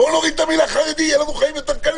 בואו נוריד את המילה "חרדית" ויהיו לנו חיים קלים יותר.